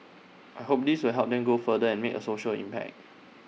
I hope this will help them grow further and make A social impact